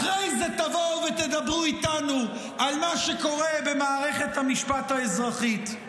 אחרי זה תבואו ותדברו איתנו על מה שקורה במערכת המשפט האזרחית.